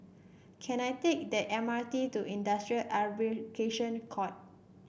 can I take the M R T to Industrial Arbitration Court